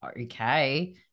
okay